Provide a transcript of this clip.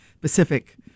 Pacific